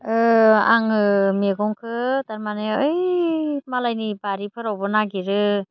आङो मैगंखौ तारमाने ओइ मालायनि बारिफोरावबो नागिरो